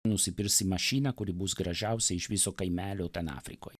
nusipirksi mašiną kuri bus gražiausia iš viso kaimelio ten afrikoj